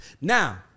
Now